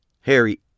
Harry